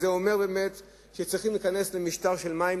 זה אומר שצריכים להיכנס למשטר של מים,